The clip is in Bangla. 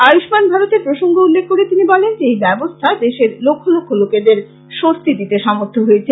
আয়ুমান ভারতের প্রসঙ্গ উল্লেখ করে তিনি বলেন যে এই ব্যবস্থা দেশের লক্ষ লক্ষ লোকেদের স্বস্তি দিতে সমর্থ হয়েছে